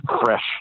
fresh